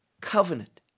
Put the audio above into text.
covenant